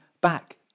back